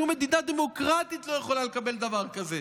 שום מדינה דמוקרטית לא יכולה לקבל דבר כזה.